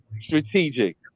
strategic